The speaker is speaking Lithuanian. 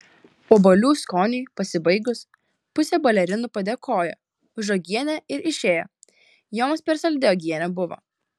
obuolių skoniui pasibaigus pusė balerinų padėkojo už uogienę ir išėjo joms per saldi uogienė buvo